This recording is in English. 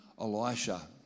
Elisha